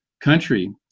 country